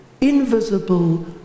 invisible